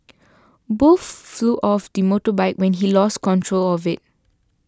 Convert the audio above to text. both flew off the motorbike when he lost control of it